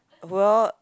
well